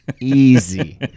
Easy